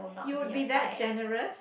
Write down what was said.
you would be that generous